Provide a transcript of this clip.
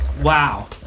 wow